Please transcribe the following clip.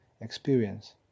experience